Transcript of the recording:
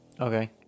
Okay